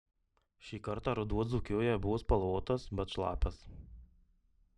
šį kartą ruduo dzūkijoje buvo spalvotas bet šlapias